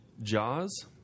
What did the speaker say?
Jaws